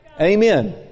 Amen